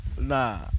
Nah